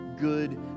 good